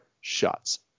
shots